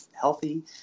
healthy